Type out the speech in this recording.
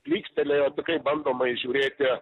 plykstelėjo kaip bandoma įžiūrėti